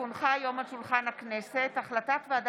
כי הונחו היום על שולחן הכנסת החלטת ועדת